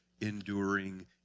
enduring